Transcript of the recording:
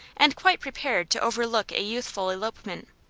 and quite prepared to overlook a youthful elopement.